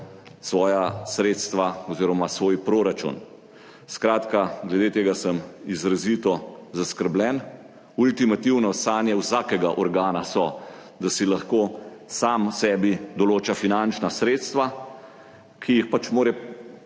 svoja sredstva oziroma svoj proračun. Skratka, glede tega sem izrazito zaskrbljen. Ultimativno, sanje vsakega organa so, da lahko sam sebi določa finančna sredstva, ki jih pač mora